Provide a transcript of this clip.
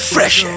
Fresh